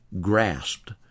grasped